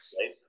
right